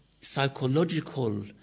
psychological